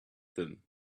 them